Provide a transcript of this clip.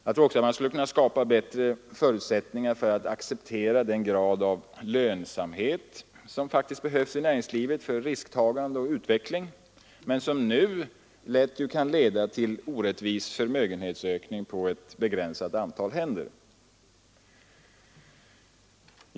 Man skulle också kunna skapa bättre förutsättningar att acceptera den grad av lönsamhet som behövs i näringslivet för risktagande och utveckling men som nu kan leda till orättvis förmögenhetsökning på ett begränsat antal händer.